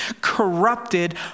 corrupted